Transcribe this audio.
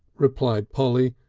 replied polly,